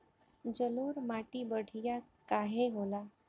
जलोड़ माटी बढ़िया काहे होला?